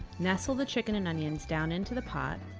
nestle the chicken and onions down into the pot,